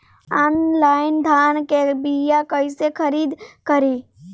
Online धान के बीया कइसे खरीद करी?